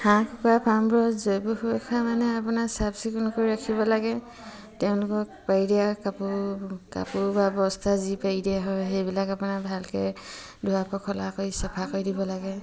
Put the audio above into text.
হাঁহ কুকুৰা ফাৰ্মবোৰত জৈৱ সুৰক্ষা মানে আপোনাৰ চাফ চিকুণ কৰি ৰাখিব লাগে তেওঁলোকক পাৰি দিয়া কাপোৰ কাপোৰ বা বস্তা যি পাৰি দিয়া হয় সেইবিলাক আপোনাৰ ভালকে ধোৱা পখলা কৰি চাফা কৰি দিব লাগে